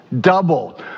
Double